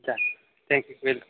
चालेल thank you welcome